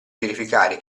verificare